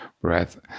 breath